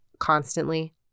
constantly